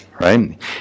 right